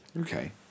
Okay